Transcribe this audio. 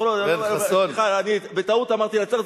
סליחה, בטעות אמרתי נצרת.